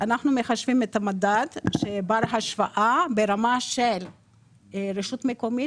אנחנו מחשבים את המדד שבר השוואה ברמה של רשות מקומית,